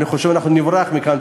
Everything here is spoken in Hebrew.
אני חושב שנברח מכאן,